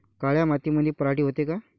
काळ्या मातीमंदी पराटी होते का?